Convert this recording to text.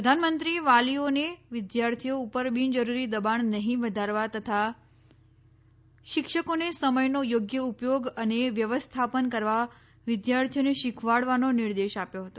પ્રધાનમંત્રીએ વાલીઓને વિદ્યાર્થીઓ ઉપર બિનજરૂરી દબાણ નહીં વધારવા તથા શિક્ષકોને સમયનો યોગ્ય ઉપયોગ અને વ્યવસ્થાપન કરવા વિદ્યાર્થીઓને શીખવાડવાનો નિર્દેશ આપ્યો હતો